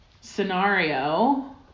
scenario